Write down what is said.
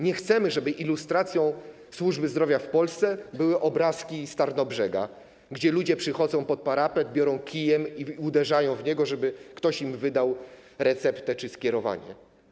Nie chcemy, żeby ilustracją służby zdrowia w Polsce były obrazki z Tarnobrzega, gdzie ludzie przychodzą pod parapet, biorą kije i uderzają, żeby ktoś im wydał receptę czy skierowanie.